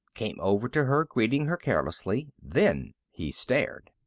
came over to her, greeting her carelessly. then he stared.